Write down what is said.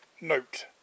note